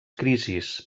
crisis